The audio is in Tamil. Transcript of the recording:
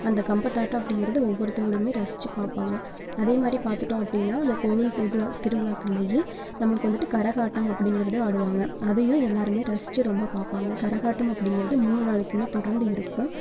அந்த கம்பத்தாட்டம் அப்படிங்குறது ஒவ்வொருத்தவங்களுமே ரசிச்சு பார்ப்பாங்க அதே மாதிரி பார்த்துட்டோம் அப்படின்னா அந்த கோவில் திருவிழா திருவிழாக்கள்லயே நம்மளுக்கு வந்துட்டு கரகாட்டம் அப்படிங்குறது ஆடுவாங்கள் அதையும் எல்லாருமே ரசிச்சு ரொம்ப பார்ப்பாங்க கரகாட்டம் அப்படிங்குறது மூணு நாளைக்குமே தொடர்ந்து இருக்கும்